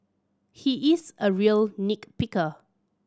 he is a real nick picker